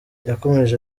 yakomeje